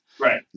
Right